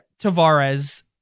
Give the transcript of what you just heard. Tavares